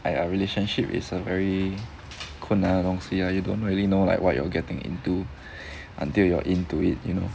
!aiya! relationship is a very 困难的东西 lah you don't really know like what you're getting into until you're into it you know